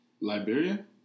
Liberia